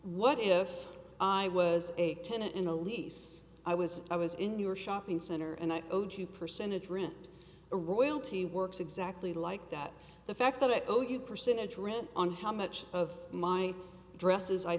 what if i was a tenant in a lease i was i was in your shopping center and i owed you percentage rent a royalty works exactly like that the fact that oh you percentage rent on how much of my dresses i